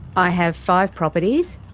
i have five properties,